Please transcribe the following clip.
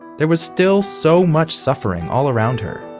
there was still so much suffering all around her.